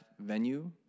venue